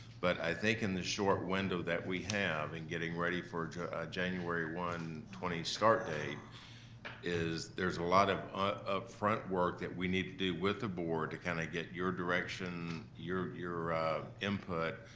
but i think in the short window that we have in getting ready for january one twenty start date is, there's a lot of upfront work that we need to do with the board to kind of get your direction, your your input,